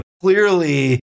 clearly